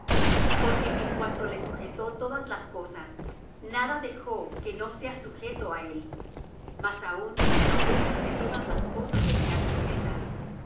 porque en cuanto le sujetó todas las cosas nada dejó que no sea sujeto á él mas aun no vemos que todas las cosas le sean sujetas